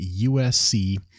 USC